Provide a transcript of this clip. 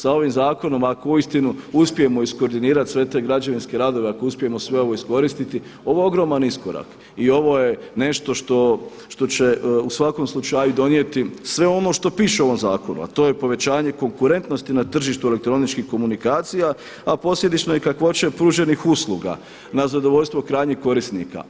Sa ovim zakonom ako uistinu uspijemo iskoordinirati sve te građevinske radove, ako uspijemo sve ovo iskoristiti ovo je ogroman iskorak i ovo je nešto što će u svakom slučaju donijeti sve ono što piše u ovom zakonu a to je povećanje konkurentnosti na tržištu elektroničkih komunikacija, a posljedično i kakvoće pruženih usluga na zadovoljstvo krajnjih korisnika.